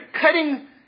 cutting